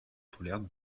polaire